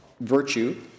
virtue